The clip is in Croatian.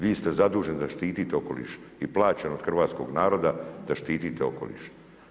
Vi ste zaduženi da štitite okoliš i plaćen od hrvatskog naroda da štitite okoliš.